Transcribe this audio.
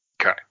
Okay